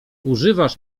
używasz